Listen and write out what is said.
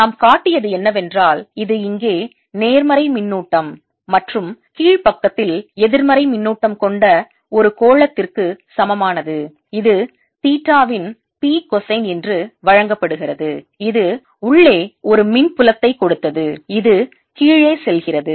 நாம் காட்டியது என்னவென்றால் இது இங்கே நேர்மறை மின்னூட்டம் மற்றும் கீழ்பக்கத்தில் எதிர்மறை மின்னூட்டம் கொண்ட ஒரு கோளத்திற்கு சமமானது இது தீட்டாவின் P cosine என்று வழங்கப்படுகிறது இது உள்ளே ஒரு மின் புலத்தைக் கொடுத்தது இது கீழே செல்கிறது